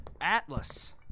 Atlas